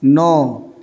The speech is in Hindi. नौ